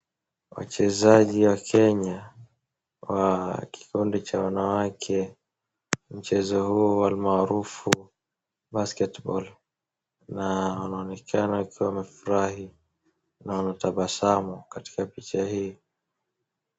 Wachezaji wa Kenya wa kikundi cha wanawake, mchezo huu almaarufu basketball na wanaonekana wakiwa wamefurahi na wanatabasamu katika picha hii.